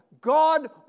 God